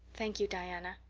thank you, diana.